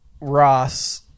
Ross